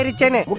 and danny